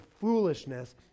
foolishness